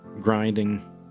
grinding